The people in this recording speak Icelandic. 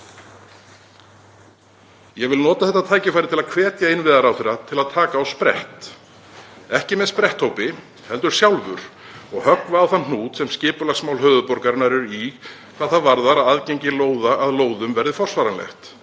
Ég vil nota þetta tækifæri til að hvetja innviðaráðherra til að taka á sprett, ekki með spretthópi, heldur sjálfur, og höggva á þann hnút sem skipulagsmál höfuðborgarinnar eru í hvað það varðar að aðgengi að lóðum verði forsvaranlegt,